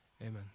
Amen